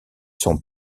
sont